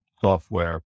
software